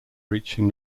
reaching